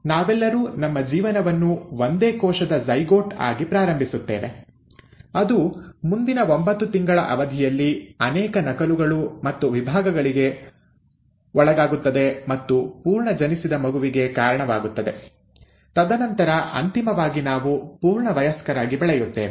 ಈಗ ನಾವೆಲ್ಲರೂ ನಮ್ಮ ಜೀವನವನ್ನು ಒಂದೇ ಕೋಶದ ಜೈಗೋಟ್ ಆಗಿ ಪ್ರಾರಂಭಿಸುತ್ತೇವೆ ಅದು ಮುಂದಿನ ಒಂಬತ್ತು ತಿಂಗಳ ಅವಧಿಯಲ್ಲಿ ಅನೇಕ ನಕಲುಗಳು ಮತ್ತು ವಿಭಾಗಗಳಿಗೆ ಒಳಗಾಗುತ್ತದೆ ಮತ್ತು ಪೂರ್ಣ ಜನಿಸಿದ ಮಗುವಿಗೆ ಕಾರಣವಾಗುತ್ತದೆ ತದನಂತರ ಅಂತಿಮವಾಗಿ ನಾವು ಪೂರ್ಣ ವಯಸ್ಕರಾಗಿ ಬೆಳೆಯುತ್ತೇವೆ